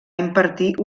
impartir